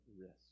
risk